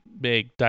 big